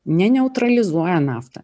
ne neutralizuoja naftą